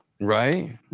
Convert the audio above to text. Right